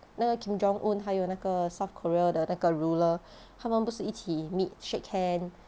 那个 kim jong un 还有那个 south korea 的那个 ruler 他们不是一起 meet shake hand